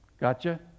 Gotcha